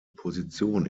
position